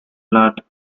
blood